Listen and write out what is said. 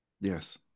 Yes